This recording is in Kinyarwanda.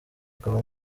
akaba